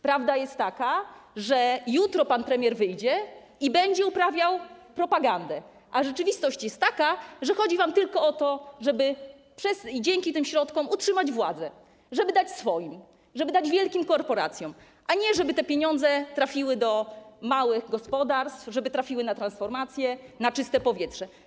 Prawda jest taka, że jutro pan premier wyjdzie i będzie uprawiał propagandę, a rzeczywistość jest taka, że chodzi wam tylko o to, żeby dzięki tym środkom utrzymać władzę, żeby dać swoim, żeby dać wielkim korporacjom, a nie żeby te pieniądze trafiły do małych gospodarstw, żeby trafiły na transformację, na czyste powietrze.